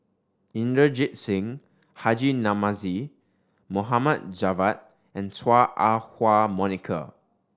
Inderjit Singh Haji Namazie Mohd Javad and Chua Ah Huwa Monica